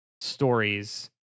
stories